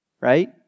Right